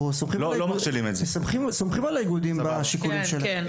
אנחנו סומכים על האיגודים בשיקולים שלהם.